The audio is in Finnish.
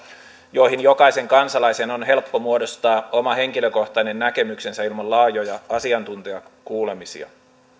joihin jokaisen kansalaisen on helppo muodostaa oma henkilökohtainen näkemyksensä ilman laajoja asiantuntijakuulemisia